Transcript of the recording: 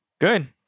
Good